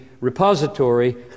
repository